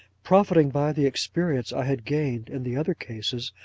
profiting by the experience i had gained in the other cases,